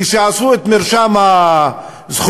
כשעשו את מרשם הזכויות,